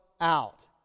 out